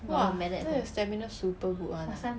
!wah! why your stamina super good [one] ah